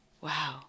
wow